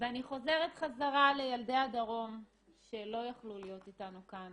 ואני חוזרת חזרה לילדי הדרום שלא יכלו להיות איתנו כאן